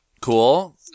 Cool